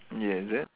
ya is it